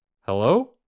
Hello